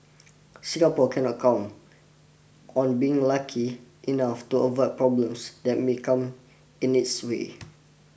Singapore cannot count on being lucky enough to avoid problems that may come in its way